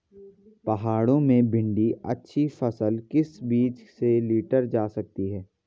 पहाड़ों में भिन्डी की अच्छी फसल किस बीज से लीटर जा सकती है?